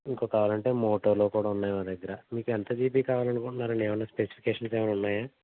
ఇంకా కావాలంటే మోటోలో కూడా ఉన్నాయి మా దగ్గర మీకు ఎంత జీబీ కావాలనుకుంటున్నారండి ఏమన్నా స్పెసిఫికేషన్స్ ఏమన్నా ఉన్నాయా